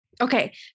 Okay